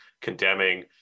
condemning